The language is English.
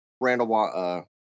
Randall